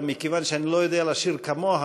אבל מכיוון שאני לא יודע לשיר כמוה,